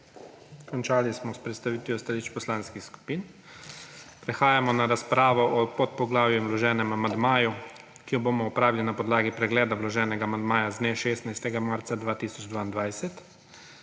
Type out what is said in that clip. Končali smo s predstavitvijo stališč poslanskih skupin. Prehajamo na razpravo o podpoglavju in vloženem amandmaju, ki jo bomo opravili na podlagi pregleda vloženega amandmaja z dne 16. marca 2022.